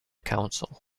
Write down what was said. council